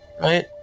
right